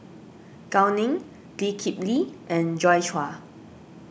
Gao Ning Lee Kip Lee and Joi Chua